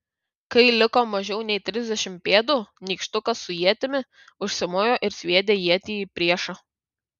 kai liko mažiau nei trisdešimt pėdų nykštukas su ietimi užsimojo ir sviedė ietį į priešą